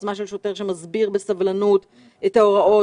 העוצמה של שוטר שמסביר בסבלנות את ההוראות,